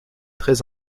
très